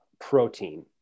protein